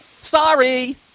Sorry